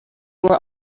were